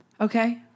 Okay